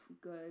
good